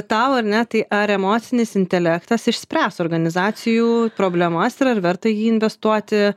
tau ar ne tai ar emocinis intelektas išspręs organizacijų problemas ir ar verta į jį investuoti